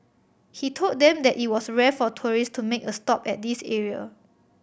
he told them that it was rare for tourist to make a stop at this area